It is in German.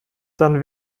dann